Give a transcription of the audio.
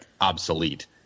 obsolete